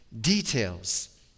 details